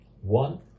One